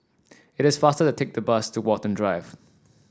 it is faster to take the bus to Watten Drive